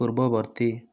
ପୂର୍ବବର୍ତ୍ତୀ